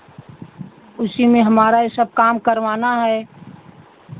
उसी में हमारा ये सब काम करवाना है